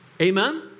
Amen